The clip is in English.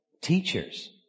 teachers